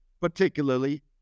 particularly